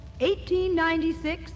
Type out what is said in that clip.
1896